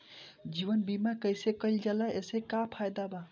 जीवन बीमा कैसे कईल जाला एसे का फायदा बा?